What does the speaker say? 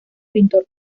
pintor